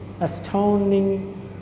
Astounding